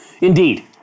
Indeed